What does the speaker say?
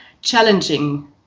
challenging